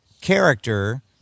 character